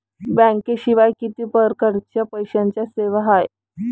बँकेशिवाय किती परकारच्या पैशांच्या सेवा हाय?